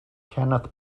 kenneth